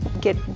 get